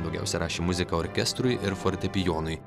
daugiausia rašė muziką orkestrui ir fortepijonui